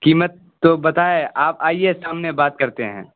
قیمت تو بتائے آپ آئیے سامنے بات کرتے ہیں